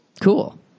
Cool